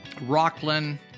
Rockland